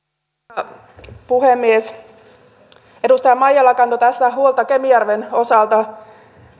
arvoisa puhemies edustaja maijala kantoi tässä huolta kemijärven osalta